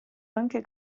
anche